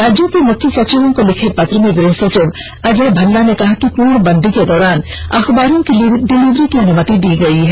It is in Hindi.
राज्यों के मुख्य सचिवों को लिखे पत्र में गृह सचिव अजय भल्ला ने कहा कि पूर्णबंदी के दौरान अखबारों की डिलॉबरी की अनुमति दी गई है